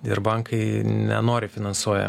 ir bankai nenoriai finansuoja